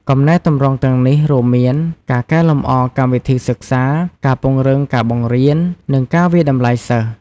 កំណែទម្រង់ទាំងនេះរួមមានការកែលម្អកម្មវិធីសិក្សា ការពង្រឹងការបង្រៀន និងការវាយតម្លៃសិស្ស។